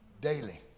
daily